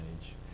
age